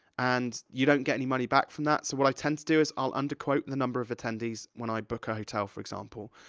and you don't get any money back from that. so what i tend to do is i'll underquote the number of attendees when i book a hotel, for example.